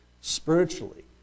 spiritually